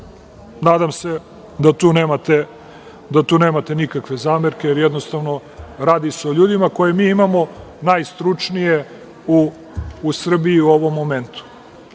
Nadam se da tu nemate nikakve zamerke, jer jednostavno, radi se o ljudima koje mi imamo najstručnije u Srbiji u ovom momentu. Nisam